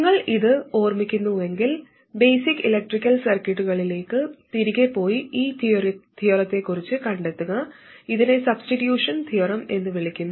നിങ്ങൾ ഇത് ഓർമിക്കുന്നില്ലെങ്കിൽ ബേസിക് ഇലക്ട്രിക്കൽ സർക്യൂട്ടുകളിലേക്ക് തിരികെ പോയി ഈ തിയറത്തെക്കുറിച്ച് കണ്ടെത്തുക ഇതിനെ സബ്സ്റ്റിട്യൂഷൻ തിയറം എന്ന് വിളിക്കുന്നു